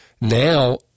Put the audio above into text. Now